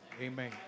amen